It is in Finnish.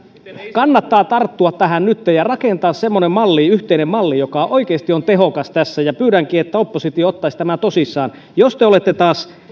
kannattaa nytten tarttua tähän ja rakentaa semmoinen malli yhteinen malli joka oikeasti on tehokas tässä pyydänkin että oppositio ottaisi tämän tosissaan jos te olette taas